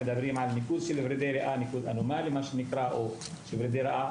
ניקוז אנומלי של ורידי ריאה או שוורידי ריאה